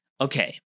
Okay